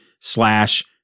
slash